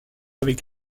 avec